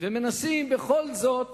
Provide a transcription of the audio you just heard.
ומנסים בכל זאת